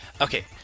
Okay